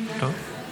אפשר.